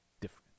different